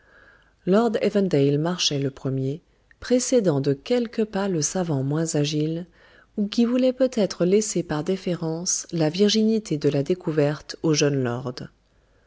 lord evandale marchait le premier précédant de quelques pas le savant moins agile ou qui peut-être voulait laisser par déférence la virginité de la découverte au jeune lord